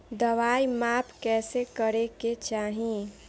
दवाई माप कैसे करेके चाही?